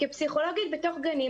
כפסיכולוגית בגנים,